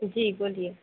जी बोलिए